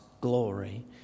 glory